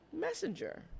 messenger